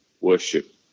worship